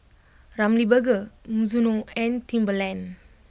Ramly Burger Mizuno and Timberland